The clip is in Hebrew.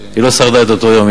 היא לא שרדה את אותו יום,